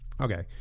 Okay